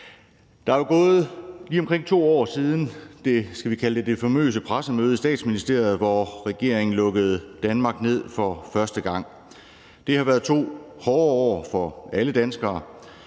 Det er jo gået lige omkring 2 år siden det famøse pressemøde – skal vi kalde det det – i Statsministeriet, hvor regeringen lukkede Danmark ned for første gang. Det har været 2 år hårde år for alle danskere,